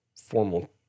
formal